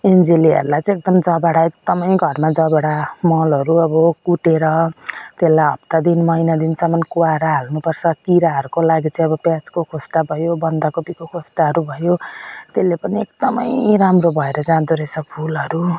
एन्जेलियाहरूलाई चाहिँ एकदम जबडा एकदम घरमा जबडा मलहरू अब कुटेर त्यसलाई हप्ता दिन महिना दिनसम्म कुहाएर हाल्नु पर्छ किराहरूको लागि चाहिँ अब प्याजको खोस्टा भयो बन्दाकोपीको खोस्टाहरू भयो त्यसले पनि एकदम राम्रो भएर जाँदो रहेछ फुलहरू